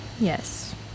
Yes